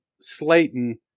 Slayton